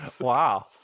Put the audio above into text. Wow